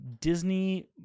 Disney